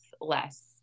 less